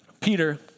Peter